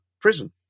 prison